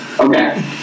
Okay